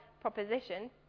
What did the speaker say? proposition